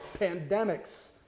pandemics